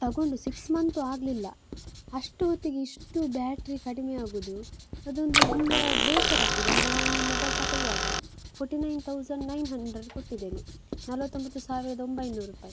ತೊಗೊಂಡು six month ಆಗ್ಲಿಲ್ಲ ಅಷ್ಟು ಹೊತ್ತಿಗೆ ಇಷ್ಟು ಬ್ಯಾಟ್ರಿ ಕಡಿಮೆ ಆಗೋದು ಅದೊಂದು ತುಂಬ ಬೇಸರ ಆಗ್ತದೆ ಅಂದರೆ ನಾನು ಈ ಮೊಬೈಲ್ ತೊಗೊಳ್ವಾಗ forty nine thousand nine hundred ಕೊಟ್ಟಿದ್ದೇನೆ ನಲವತ್ತೊಂಬತ್ತು ಸಾವಿರ್ದ ಒಂಬೈನೂರು ರೂಪಾಯಿ